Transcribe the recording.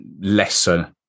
lesser